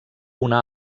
una